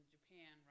Japan